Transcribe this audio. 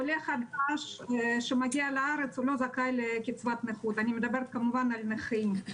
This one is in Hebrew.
עולה חדש חדש שמגיע לארץ לא זכאי לקצבת נכות אני מדברת כמובן על נכים.